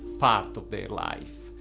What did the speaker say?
part of their life.